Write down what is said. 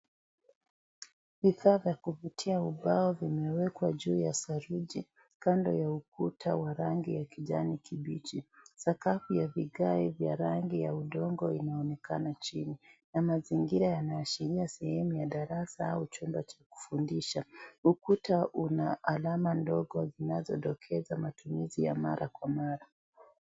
Vifaa vya kuvutia ubao vimewekwa juu ya saruji kando ya ukuta wa rangi ya kijani kichiti. Sakafu ya vigae ja rangi ya udongo inaonekana chini ya mazingira yanayoashiria sehemu ya darasa au chumba cha kufundisha. Ukuta una alama ndogo zinazodokeza matumizi ya mara kwa mara.